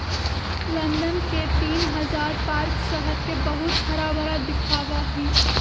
London के तीन हजार पार्क शहर के बहुत हराभरा दिखावा ही